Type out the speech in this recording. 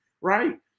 right